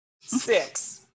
Six